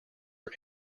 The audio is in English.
are